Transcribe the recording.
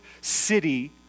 city